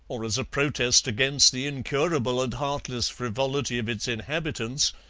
or as a protest against the incurable and heartless frivolity of its inhabitants,